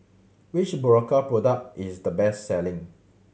which Berocca product is the best selling